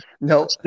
No